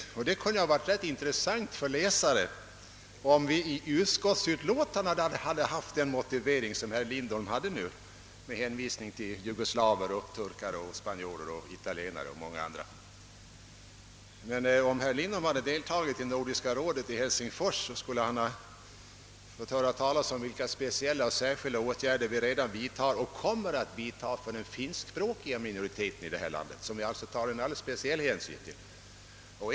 Det kunde för övrigt ha varit rätt intressant för esterna, om vi i utskottsutlåtandet hade fått den motivering som herr Lindholm nu gav med hänvisning till jugoslaver, turkar, spanjorer, italienare och många andra. Om herr Lindholm hade deltagit i Nordiska rådets session i Helsingfors skulle han ha fått höra vilka speciella åtgärder vi redan har vidtagit och kommer att vidtaga för den finskspråkiga minoriteten i detta land.